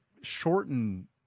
shorten